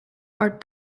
are